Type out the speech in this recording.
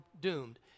doomed